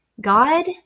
God